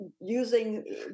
using